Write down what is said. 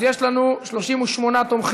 אז יש לנו 38 תומכים,